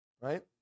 right